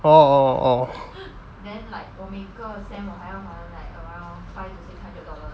orh orh orh